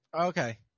Okay